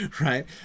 right